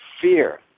fear